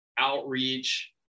outreach